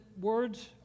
words